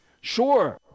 Sure